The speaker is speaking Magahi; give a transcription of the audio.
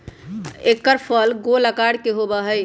एकर फल गोल आकार के होबा हई